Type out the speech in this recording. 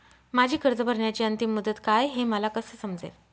माझी कर्ज भरण्याची अंतिम मुदत काय, हे मला कसे समजेल?